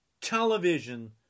television